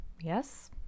Yes